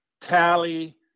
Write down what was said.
Tally